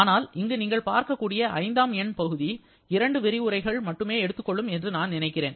ஆனால் இங்கு நீங்கள் பார்க்க கூடிய ஐந்தாம் என் பகுதி இரண்டு விரிவுரைகள் மட்டுமே எடுத்துக் கொள்ளும் என்று நான் நினைக்கிறேன்